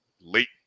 Late